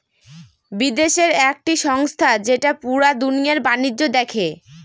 বিদেশের একটি সংস্থা যেটা পুরা দুনিয়ার বাণিজ্য দেখে